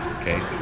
okay